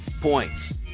points